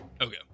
Okay